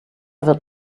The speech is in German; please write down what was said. wird